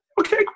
okay